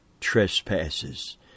trespasses